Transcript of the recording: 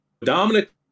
Dominic